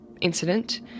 incident